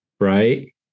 right